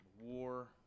war